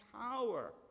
power